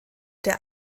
der